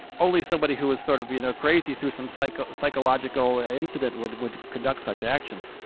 only somebody who is sort of, you know, crazy through some so like ah psychological ah incident would would conduct such actions.